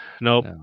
Nope